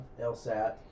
LSAT